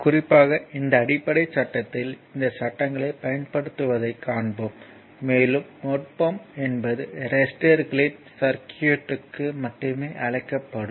குறிப்பாக இந்த அடிப்படைச் சட்டத்தில் இந்தச் சட்டங்களைப் பயன்படுத்துவதைக் காண்போம் மேலும் நுட்பம் என்பது ரெஸிஸ்டர்களின் சர்க்யூட்க்கு மட்டுமே அழைக்கப்படும்